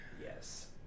Yes